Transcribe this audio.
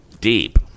Deep